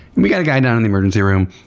we've got a guy down in the emergency room.